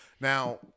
Now